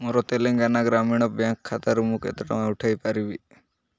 ମୋର ତେଲେଙ୍ଗାନା ଗ୍ରାମୀଣ ବ୍ୟାଙ୍କ୍ ଖାତାରୁ ମୁଁ କେତେ ଟଙ୍କା ଉଠାଇ ପାରିବି